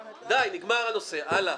די, נגמר הנושא, הלאה.